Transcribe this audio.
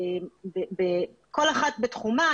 כל אחת בתחומה.